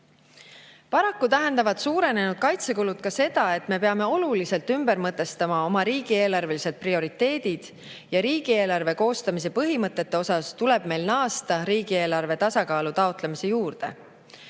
Paraku tähendavad suurenenud kaitsekulud ka seda, et me peame oluliselt ümber mõtestama oma riigieelarvelised prioriteedid. Riigieelarve koostamise põhimõtete osas tuleb meil naasta riigieelarve tasakaalu taotlemise juurde.